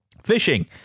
Fishing